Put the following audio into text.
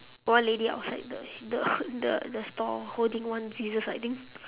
one lady outside the the the the stall holding one scissors I think